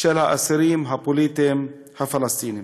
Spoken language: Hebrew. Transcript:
של האסירים הפוליטיים הפלסטינים.